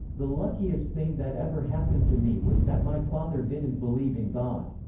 the luckiest thing that ever happened to me was that my father didn't believe in god.